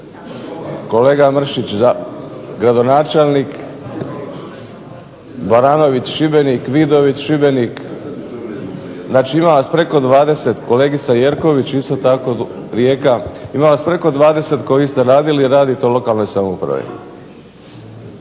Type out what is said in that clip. kolega Mršić gradonačelnik, Baranović Šibenik, Vidović Šibenik. Znači ima vas preko 20. Kolegica Jerković isto tako Rijeka. Ima vas preko 20 koji ste radili i radite u lokalnoj samoupravi.